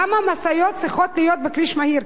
למה משאיות צריכות להיות בכביש מהיר?